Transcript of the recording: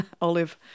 olive